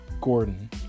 Gordon